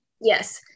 Yes